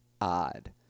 odd